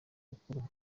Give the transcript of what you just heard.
rukuru